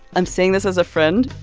i'm saying this as a friend.